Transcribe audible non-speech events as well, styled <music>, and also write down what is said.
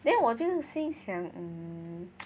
then 我就是心想 um <noise>